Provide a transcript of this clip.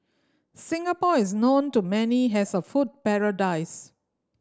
Singapore is known to many has a food paradise